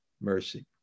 mercy